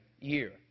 year